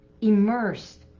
immersed